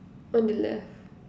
on the left